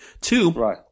Two